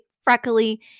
freckly